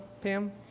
Pam